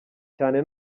cyane